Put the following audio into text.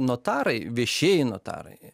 notarai viešieji notarai